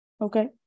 Okay